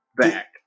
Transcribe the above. back